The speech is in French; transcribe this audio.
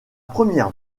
première